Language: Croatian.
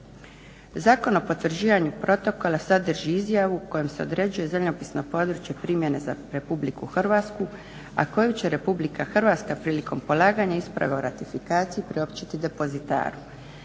Zakon o potvrđivanju Protokola sadrži izjavu kojom se određuje zemljopisno područje primjene za RH, a koju će RH prilikom polaganja isprave o ratifikaciji priopćiti depozitaru.